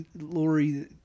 Lori